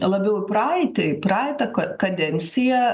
labiau į praeitį į praeitą ka kadenciją